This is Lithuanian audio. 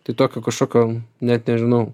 tai tokio kažkokio net nežinau